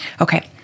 okay